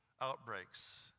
outbreaks